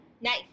Nice